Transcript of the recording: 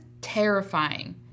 terrifying